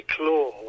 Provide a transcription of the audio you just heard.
law